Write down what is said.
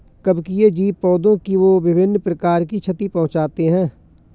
कवकीय जीव पौधों को विभिन्न प्रकार की क्षति पहुँचाते हैं